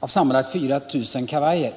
av sammanlagt 4 000 kavajer.